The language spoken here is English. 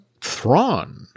Thrawn